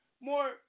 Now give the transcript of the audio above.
more